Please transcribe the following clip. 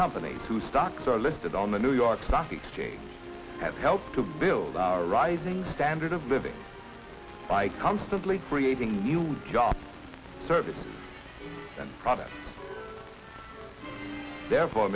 companies who stocks are listed on the new york stock exchange have helped to build our rising standard of living by constantly creating new job services and products therefore